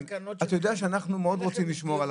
אתה יודע שאנחנו מאוד רוצים לשמור.